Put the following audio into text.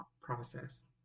process